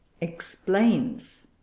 explains